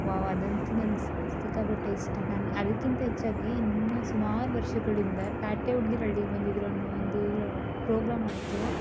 wow wow ಅದಂತು ನಂಗೆ ಸಿಕ್ಕಾಪಟ್ಟೆ ಇಷ್ಟ ನಾನು ಅದಕ್ಕಿಂತ ಹೆಚ್ಚಾಗಿ ಇನ್ನು ಸುಮಾರು ವರ್ಷಗಳಿಂದ ಪ್ಯಾಟೆ ಹುಡ್ಗೀರು ಹಳ್ಳಿಗೆ ಬಂದಿದ್ದರು ಅನ್ನೋ ಒಂದು ಇದು ಪ್ರೋಗ್ರಾಮ್ ಆಯಿತು